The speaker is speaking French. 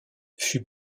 fut